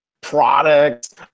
products